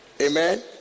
Amen